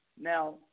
Now